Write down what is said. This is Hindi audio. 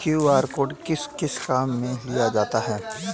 क्यू.आर कोड किस किस काम में लिया जाता है?